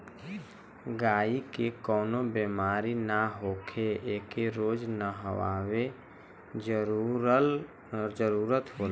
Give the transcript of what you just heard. गायी के कवनो बेमारी ना होखे एके रोज नहवावे जरुरत होला